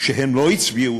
שהם לא הצביעו